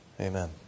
Amen